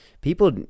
people